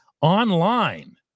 Online